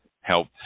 help